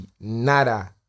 nada